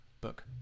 book